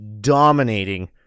dominating